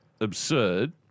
Absurd